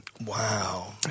Wow